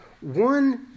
one